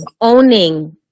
owning